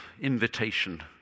invitation